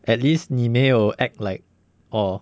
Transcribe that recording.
at least 你没有 act like orh